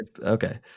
Okay